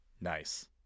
nice